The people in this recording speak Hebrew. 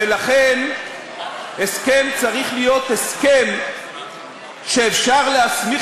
ולכן הסכם צריך להיות הסכם שאפשר להסמיך